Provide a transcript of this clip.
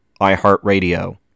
iHeartRadio